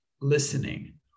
Listening